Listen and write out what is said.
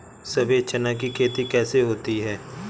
सफेद चना की खेती कैसे होती है?